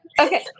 Okay